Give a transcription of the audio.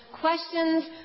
questions